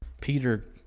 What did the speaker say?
Peter